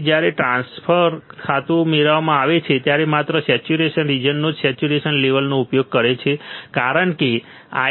તેથી જ્યારે ટ્રાન્સફર ખાતું મેળવવામાં આવે છે ત્યારે માત્ર સેચ્યુરેશન રીજીયનો જ સેચ્યુરેશન લેવલનો ઉપયોગ કરે છે કારણ કે